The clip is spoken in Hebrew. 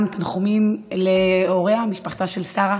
גם תנחומים להוריה ומשפחתה של שרה.